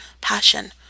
passion